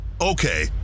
Okay